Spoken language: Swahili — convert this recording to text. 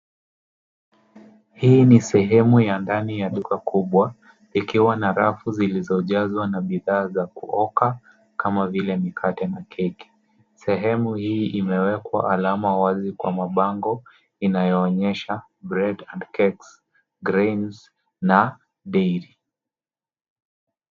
Hii ni sehemu ya ndani ya duka kubwa ikiwa na rafu zilizojazwa na bidhaa za kuoka kama vile mikate na keki. Sehemu hii imewekwa alama wazi kwa mabango inayoonyesha bread and cakes, grains na dairy .